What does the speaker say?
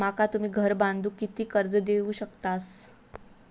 माका तुम्ही घर बांधूक किती कर्ज देवू शकतास?